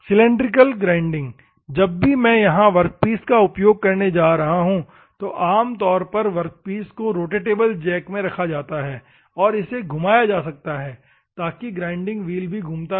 cylindrical grinding जब भी मैं यहां वर्कपीस का उपयोग करने जा रहा हूं तो आमतौर पर वर्कपीस को रोटेटेबल जैक में रखा जाता है और इसे घुमाया जा सकता है ताकि ग्राइंडिंग व्हील भी घूमता रहे